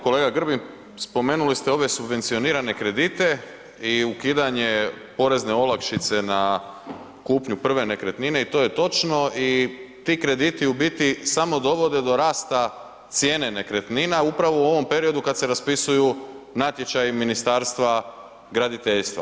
Kolega Grbin, spomenuli ste ovdje subvencionirane kredite i ukidanje porezne olakšice na kupnju prve nekretnine i to je točno i ti krediti, u biti samo dovode do rasta cijene nekretnina upravo u ovom periodu kad se raspisuju natječaji Ministarstva graditeljstva.